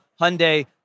Hyundai